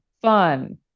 fun